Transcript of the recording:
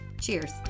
cheers